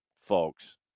folks